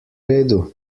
redu